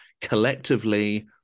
collectively